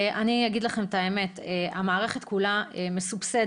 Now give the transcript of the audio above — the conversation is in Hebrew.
אני אגיד לכם את האמת: המערכת כולה מסובסדת,